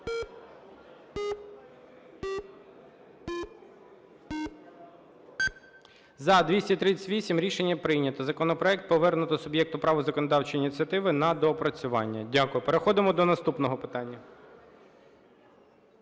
За-238 Рішення прийнято. Законопроект повернуто суб'єкту права законодавчої ініціативи на доопрацювання. Дякую. Переходимо до наступного питання.